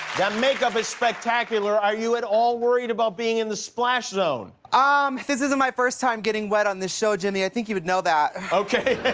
that makeup is spectacular. are you at all worried about being in the splash zone? um this isn't my first time getting wet on this show, jimmy. i think you would know that. jimmy